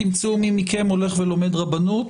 תמצאו מי מכם הולך ולומד רבנות,